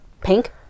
pink